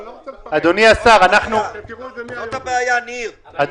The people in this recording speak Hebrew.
אבל עכשיו זה הזמן?